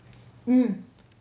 mm